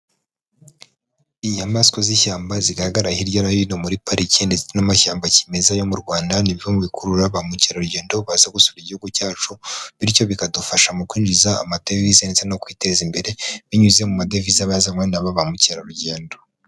Inyamaswa z'ishyamba zigaragara hirya no hino muri parike, ndetse n'amashyamba kimeza yo mu Rwanda, ni bimwe mu bikurura ba mukerarugendo, baza gusura igihugu cyacu, bityo bikadufasha mu kwinjiza amadevize, ndetse no kwiteza imbere, binyuze mu madevize aba yazanywe n'aba ba mukerarugendo.